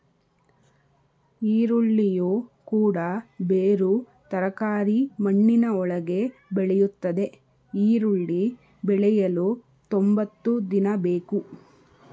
ಈರುಳ್ಳಿಯು ಕೂಡ ಬೇರು ತರಕಾರಿ ಮಣ್ಣಿನ ಒಳಗೆ ಬೆಳೆಯುತ್ತದೆ ಈರುಳ್ಳಿ ಬೆಳೆಯಲು ತೊಂಬತ್ತು ದಿನ ಬೇಕು